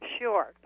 Sure